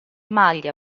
maglia